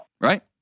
Right